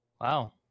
Wow